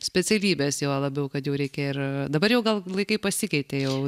specialybės juo labiau kad jau reikia ir dabar jau gal laikai pasikeitė jau